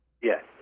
Yes